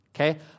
Okay